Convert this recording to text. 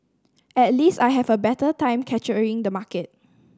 at least I have a better time capturing the market